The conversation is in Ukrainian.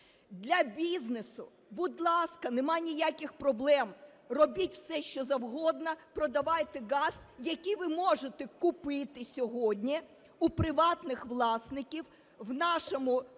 Для бізнесу, будь ласка, немає ніяких проблем, робіть все, що завгодно, продавайте газ, який ви можете купити сьогодні в приватних власників у нашому